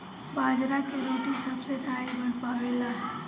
बाजरा के रोटी सबसे नाई बन पावेला